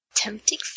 Tempting